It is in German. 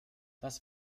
das